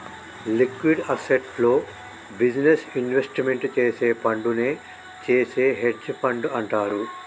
liquid అసెట్స్లో business investment చేసే ఫండునే చేసే హెడ్జ్ ఫండ్ అంటారు